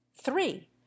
three